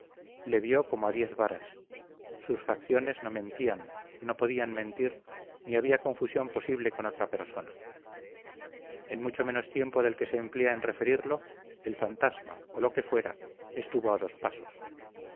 le vio como a diez varas sus facciones no mentían no podían mentir ni había confusión posible con otra persona en mucho menos tiempo del que se emplea en referirlo el fantasma o lo que fuera estuvo a dos pasos